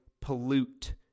pollute